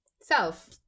self